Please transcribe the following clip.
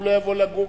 הוא לא יבוא לגור,